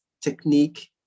technique